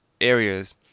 areas